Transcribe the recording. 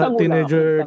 teenager